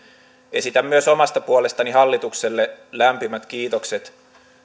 esitän myös omasta puolestani hallitukselle lämpimät kiitokset